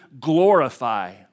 glorify